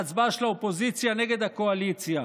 להצבעה של האופוזיציה נגד הקואליציה.